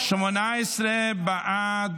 18 בעד,